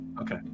okay